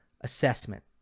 assessment